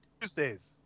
Tuesdays